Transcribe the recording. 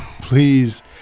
please